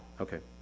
okay.